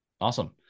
Awesome